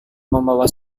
membawa